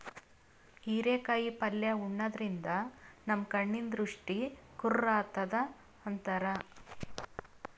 ಹಿರೇಕಾಯಿ ಪಲ್ಯ ಉಣಾದ್ರಿನ್ದ ನಮ್ ಕಣ್ಣಿನ್ ದೃಷ್ಟಿ ಖುರ್ ಆತದ್ ಅಂತಾರ್